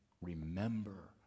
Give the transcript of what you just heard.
remember